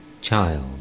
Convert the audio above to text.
Child